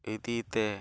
ᱤᱫᱤ ᱠᱟᱛᱮᱫ